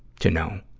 to know,